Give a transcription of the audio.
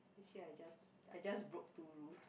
actually I just I just broke two rules